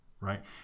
Right